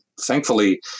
thankfully